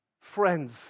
Friends